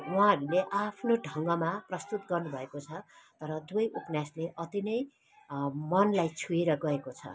उहाँहरूले आ आफ्नो ढङ्गमा प्रस्तुत गर्नुभएको छ तर दुवै उपन्यासले अति नै मनलाई छोएर गएको छ